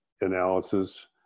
analysis